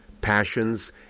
passions